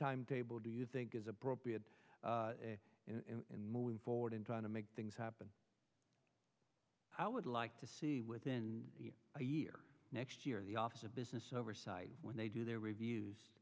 timetable do you think is appropriate in moving forward in trying to make things happen i would like to see within a year next year the office of business oversight when they do their reviews